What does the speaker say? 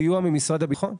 סיוע ממשרד הביטחון.